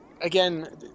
again